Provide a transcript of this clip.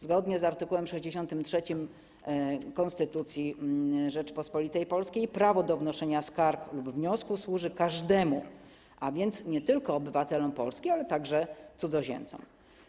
Zgodnie z art. 63 Konstytucji Rzeczypospolitej Polskiej prawo do wnoszenia skarg lub wniosków służy każdemu, a więc nie tylko obywatelom Polski, lecz także cudzoziemcom.